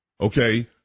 Okay